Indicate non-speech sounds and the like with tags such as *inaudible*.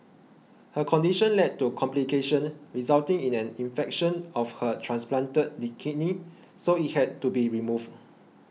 her condition led to complications resulting in an infection of her transplanted *noise* kidney so it had to be removed